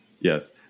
yes